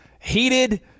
heated